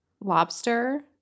Lobster